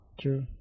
True